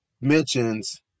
mentions